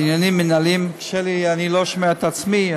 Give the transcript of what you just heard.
לעניינים מינהליים, אני לא שומע את עצמי.